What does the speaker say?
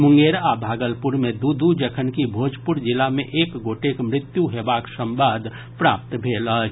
मुंगेर आ भागलपुर मे दू दू जखन कि भोजपुर जिला मे एक गोटेक मृत्यु हेबाक संवाद प्राप्त भेल अछि